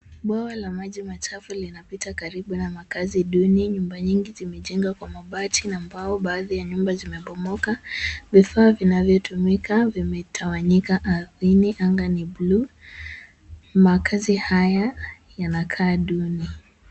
Bwawa la maji machafu linapita karibu na makazi duni, nyumba nyingi zimejengwa kwa mabati na mbao baadhi ya nyumba zimepomoka. Vifaa vinavyotumika vimetawanyika ardhini anga ni bluu, makazi haya yanakaa duni.